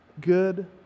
good